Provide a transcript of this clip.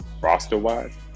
roster-wise